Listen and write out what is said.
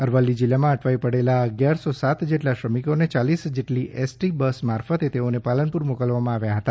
અરવલ્લી જિલ્લામાં અટવાઈ પડેલા અગિયાર સો સાત જેટલા શ્રમિકોને યાલીસ જેટલી એસટી બસ મારફતે તેઓને પાલનપુર મોકલવામાં આવ્યા હતા